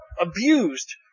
abused